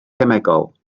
cemegol